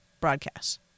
broadcasts